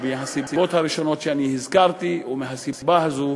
מהסיבות הראשונות שהזכרתי ומהסיבה הזאת,